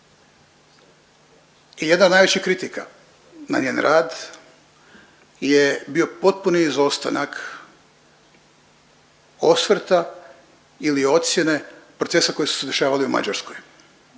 i jedna od najvećih kritika na njen rad je bio potpuni izostanak osvrta ili ocjene procesa koji su se dešavali u Mađarskoj,